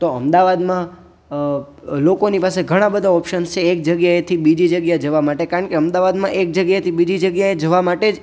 તો અમદાવાદમાં લોકોની પાસે ઘણાં બધાં ઓપ્સન્સ છે એક જગ્યાએથી બીજી જગ્યાએ જવા માટે કારણ કે અમદાવાદમાં એક જગ્યાએથી બીજી જગ્યાએ જવા માટે જ